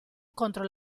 contro